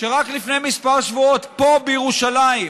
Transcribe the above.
שרק לפני כמה שבועות, פה בירושלים,